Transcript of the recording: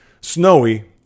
snowy